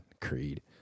Creed